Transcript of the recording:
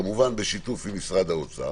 כמובן בשיתוף עם משרד האוצר